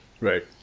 right